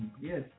Yes